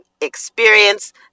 experience